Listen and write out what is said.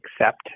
accept